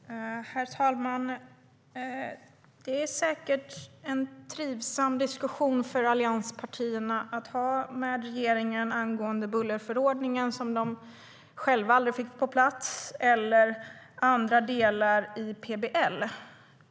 Herr talman! Det är säkert en trivsam diskussion för allianspartierna att ha med regeringen, den angående bullerförordningen - som de själva aldrig fick på plats - och andra delar i PBL.